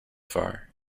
far